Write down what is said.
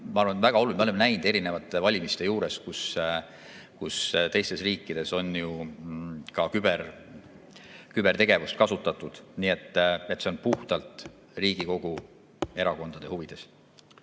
ma arvan, väga oluline. Me oleme näinud erinevaid valimisi, kus teistes riikides on ju ka kübertegevust kasutatud. Nii et see on puhtalt Riigikogu erakondade huvides.